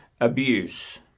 abuse